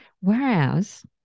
Whereas